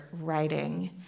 writing